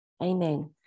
Amen